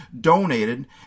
donated